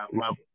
level